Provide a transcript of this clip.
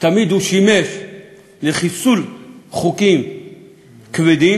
כי תמיד הוא שימש לחיסול חוקים כבדים,